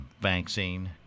vaccine